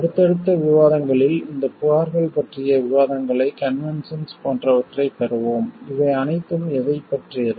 அடுத்தடுத்த விவாதங்களில் இந்த புகார்கள் பற்றிய விவரங்களை கன்வென்ஷன்ஸ் போன்றவற்றைப் பெறுவோம் இவை அனைத்தும் எதைப் பற்றியது